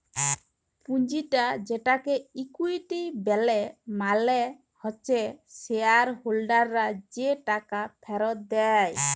পুঁজিটা যেটাকে ইকুইটি ব্যলে মালে হচ্যে শেয়ার হোল্ডাররা যে টাকা ফেরত দেয়